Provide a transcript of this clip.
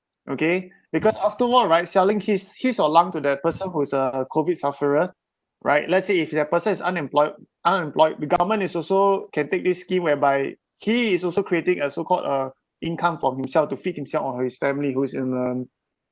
okay because after all right selling his his own lung to the person who is a COVID sufferer right let's say if that person is unemployed unemployed the government is also can take this scheme whereby he is also creating a so called uh income from himself to feed himself or his family who's in a